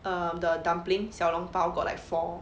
um the dumpling 小笼包 got like four